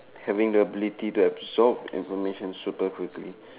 having the ability to absorb information super quickly